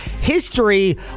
history